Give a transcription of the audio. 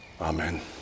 amen